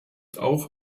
auch